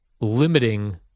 limiting